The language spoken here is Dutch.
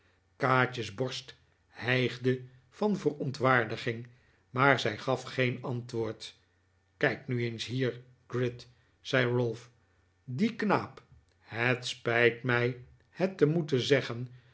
kaatje's borst hijgde van verontwaardiging maar zij gaf geen antwoord kijk nu eens hier gride zei ralph die knaap het spijt mij het te moeten zeggen